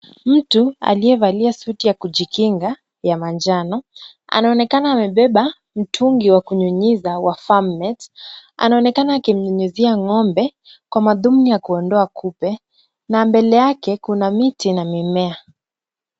Mtu aliyevalia suti ya kujikinga ya manjano anaonekana amebeba mtungi wa kunyunyiza wa Farmnet, anaonekana akinyunyuzia ng'ombe kwa madhumuni ya kuondoa kupe na mbele yake kuna miti na mimea.